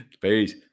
Peace